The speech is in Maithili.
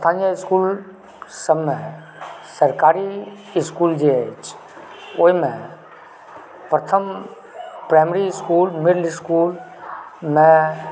स्थानीए इसकुल सङ्गे सरकारी इसकुल जे अछि ओहिमे प्रथम प्राइमरी इसकुल मिडिल इसकुल